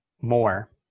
more